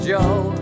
Joe